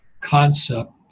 concept